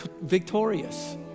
victorious